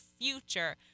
future